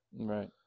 Right